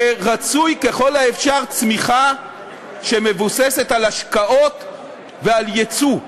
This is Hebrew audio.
ורצוי ככל האפשר צמיחה שמבוססת על השקעות ועל יצוא.